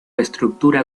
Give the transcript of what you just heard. estructura